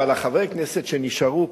אבל חברי הכנסת שנשארו,